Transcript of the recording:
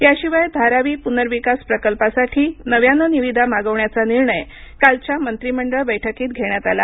याशिवाय धारावी पुनर्विकास प्रकल्पासाठी नव्यानं निविदा मागवण्याचा निर्णय आजच्या मंत्रिमंडळ बैठकीत घेण्यात आला